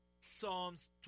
Psalms